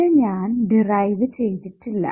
ഇത് ഞാൻ ഡിറൈവ് ചെയ്തിട്ടില്ല